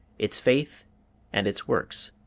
its faith and its works,